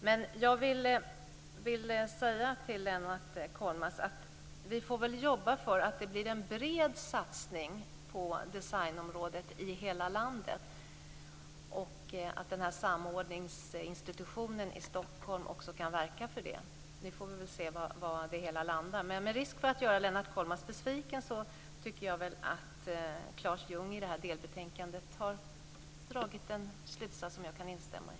Men jag vill säga till Lennart Kollmats: Vi får väl jobba för att det blir en bred satsning på designområdet i hela landet och att samordningsinstitutionen i Stockholm också kan verka för det. Vi får väl se var det hela landar, men med risk för att göra Lennart Kollmats besviken tycker jag väl att Claes Ljungh i det här delbetänkandet har dragit en slutsats som jag kan instämma i.